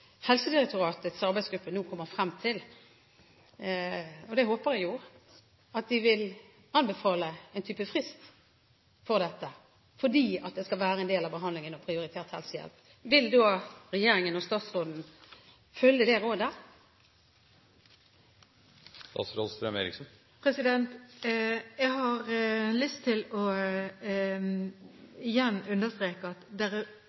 Helsedirektoratets arbeidsgruppe nå kommer frem til – og det håper jeg – at de vil anbefale en type frist for dette, fordi det skal være en del av behandlingen og prioritert helsehjelp, vil da regjeringen og statsråden følge det rådet? Jeg har lyst til igjen å understreke at det er